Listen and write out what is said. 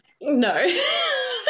No